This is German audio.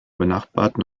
benachbarten